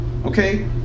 Okay